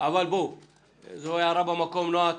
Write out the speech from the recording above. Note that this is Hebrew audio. זו הערה במקום, נועה.